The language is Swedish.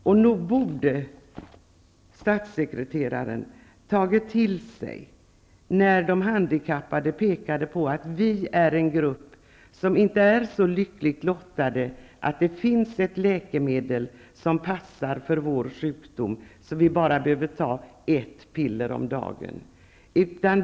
Och nog borde statssekreteraren ha tagit till sig vad de handikappade pekade på: ''Vi är en grupp som inte är så lyckligt lottad att det finns ett läkemedel som passar för vår sjukdom, så att vi bara behöver ta ett piller om dagen.